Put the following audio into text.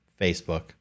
Facebook